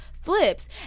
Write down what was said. flips